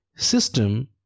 system